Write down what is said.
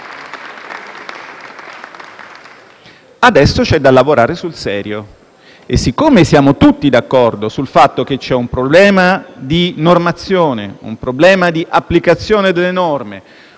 Adesso c'è da lavorare sul serio e siccome siamo tutti d'accordo sul fatto che c'è un problema di normazione, un problema di applicazione delle norme,